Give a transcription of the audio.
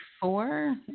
four